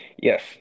Yes